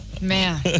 Man